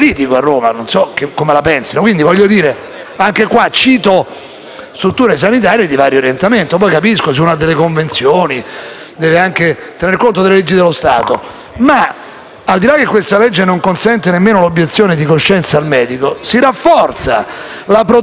strutture sanitarie di vario orientamento. Poi capisco che se uno ha delle convinzioni deve anche tenere conto delle leggi dello Stato ma, al di là che questo provvedimento non consente nemmeno l'obiezione di coscienza al medico, si rafforza la protervia giacobina dello Stato.